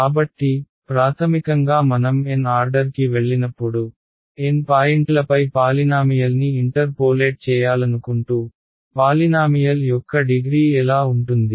కాబట్టి ప్రాథమికంగా మనం N ఆర్డర్కి వెళ్లినప్పుడు N పాయింట్లపై పాలినామియల్ని ఇంటర్పోలేట్ చేయాలనుకుంటూ పాలినామియల్ యొక్క డిగ్రీ ఎలా ఉంటుంది